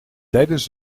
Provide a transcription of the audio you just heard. tijdens